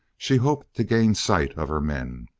she hoped to gain sight of her men.